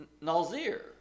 Nazir